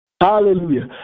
Hallelujah